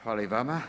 Hvala i vama.